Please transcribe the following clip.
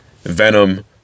Venom